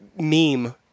meme